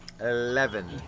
Eleven